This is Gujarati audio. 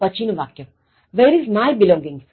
પછી નું વાક્ય Where is my belongings